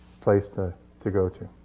place to to go to.